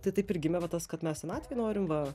tai taip ir gimė va tas kad mes senatvėj norim va